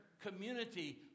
community